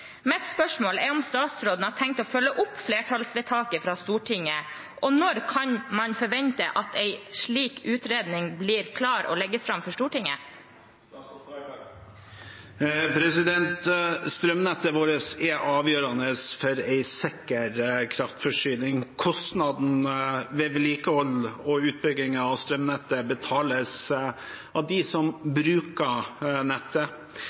Mitt spørsmål er om statsråden har tenkt å følge opp flertallsvedtaket fra Stortinget. Når kan man forvente at en slik utredning blir klar og legges fram for Stortinget? Strømnettet vårt er avgjørende for en sikker kraftforsyning. Kostnadene ved vedlikehold og utbygging av strømnettet betales av dem som bruker nettet.